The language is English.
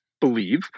believe